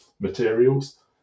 materials